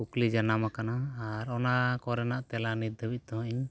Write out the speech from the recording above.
ᱠᱩᱠᱞᱤ ᱡᱟᱱᱟᱢᱟᱠᱟᱱᱟ ᱟᱨ ᱚᱱᱟ ᱠᱚᱨᱮᱱᱟᱜ ᱛᱮᱞᱟ ᱱᱤᱛ ᱫᱷᱟ ᱵᱤᱡ ᱛᱮᱦᱚᱸ ᱤᱧ